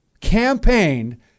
campaigned